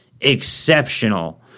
exceptional